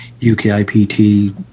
UKIPT